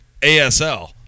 ASL